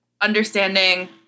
understanding